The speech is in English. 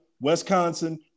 Wisconsin